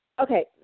Okay